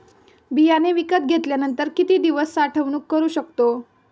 बियाणे विकत घेतल्यानंतर किती दिवस साठवणूक करू शकतो?